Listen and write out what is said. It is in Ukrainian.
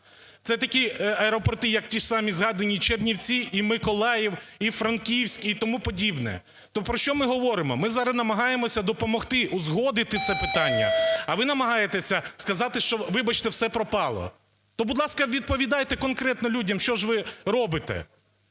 Це такі аеропорти, як ті ж самі згадані "Чернівці" і "Миколаїв", і "Франківськ", і тому подібне. То про що ми говоримо? Ми зараз намагаємося допомогти узгодити це питання, а ви намагаєтеся сказати, що, вибачте, все пропало. То, будь ласка, відповідайте конкретно людям, що ж ви робите.